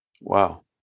Wow